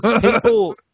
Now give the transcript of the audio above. People